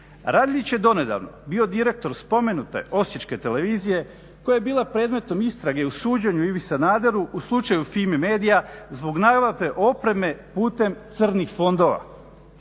Radeljić je donedavno bio direktor spomenute Osječke televizije koja je bila predmetom istrage u suđenju Ivi Sanaderu u slučaju Fimi-Media zbog nabavke opreme putem crnih fondova.